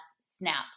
snaps